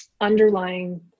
underlying